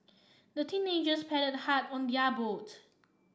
the teenagers paddled hard on their boat